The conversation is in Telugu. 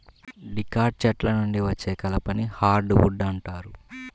డికాట్ చెట్ల నుండి వచ్చే కలపని హార్డ్ వుడ్ అంటారు